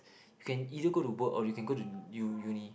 you can either go to work or you can go to new uni